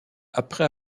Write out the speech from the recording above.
après